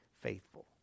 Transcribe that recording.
faithful